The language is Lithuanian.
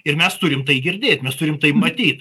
ir mes turim tai girdėt mes turim tai matyt